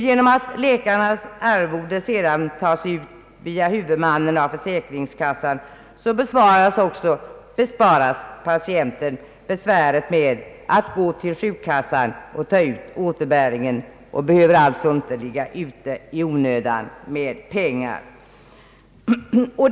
Genom att läkarnas arvode sedan tas ut via huvudmannen av försäkringskassan besparas patienten besväret att gå till sjukkassan och ta ut återbäringen. Man behöver alltså inte ligga ute med pengar i onödan.